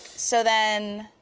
so then,